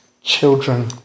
children